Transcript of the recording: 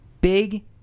big